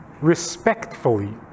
respectfully